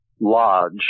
lodge